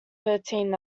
thirteen